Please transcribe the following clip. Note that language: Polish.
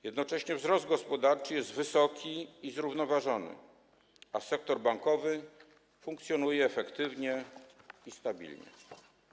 Jednocześnie wzrost gospodarczy jest wysoki i zrównoważony, a sektor bankowy funkcjonuje efektywnie i stabilnie.